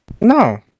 No